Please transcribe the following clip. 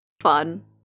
Fun